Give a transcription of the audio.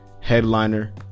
Headliner